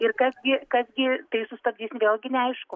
ir kas gi kas gi tai sustabdys vėlgi neaišku